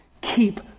keep